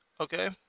okay